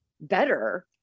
better